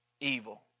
evil